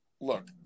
Look